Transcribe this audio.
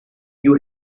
you